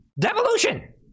Devolution